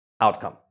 outcome